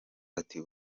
ati